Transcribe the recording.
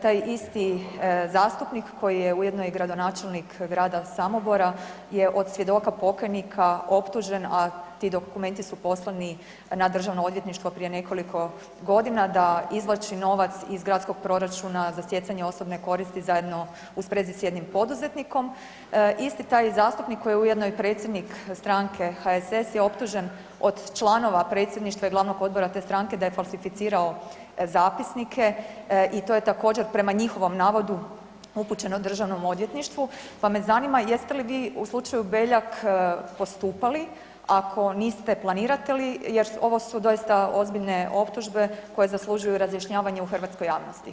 Taj isti zastupnik koji je ujedno i gradonačelnik grada Samobora je od svjedoka pokajnika optužen a ti dokumenti su poslani na Državno odvjetništvo prije nekoliko godina, da izvlači novac iz gradskog proračuna za stjecanje osobne koristi zajedno u svezi s jednim poduzetnikom, isti taj zastupnik koji je ujedno i predsjednik HSS je optužen od članova predsjedništva i glavnog odbora da je falsificirao zapisnike i to je također prema njihovom navodu upućeno DORH-u pa me zanima jeste li vi u slučaju Beljak postupali, ako niste, planirate li jer ovo su doista ozbiljne optužbe koje zaslužuju razjašnjavanje u hrvatskoj javnosti.